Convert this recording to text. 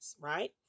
right